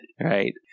right